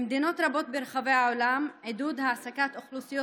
במדינות רבות ברחבי העולם העסקת אוכלוסיות